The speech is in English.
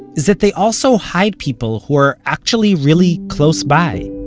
is that they also hide people who are actually really close by.